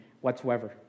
whatsoever